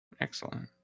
Excellent